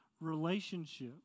relationship